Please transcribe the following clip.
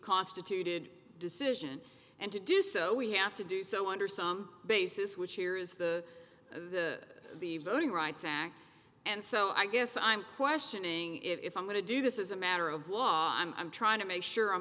constituted decision and to do so we have to do so under some basis which here is the the the voting rights act and so i guess i'm questioning if i'm going to do this is a matter of law i'm trying to make sure i'm